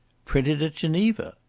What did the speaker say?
printed at geneva!